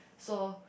so